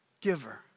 giver